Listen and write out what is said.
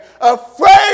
afraid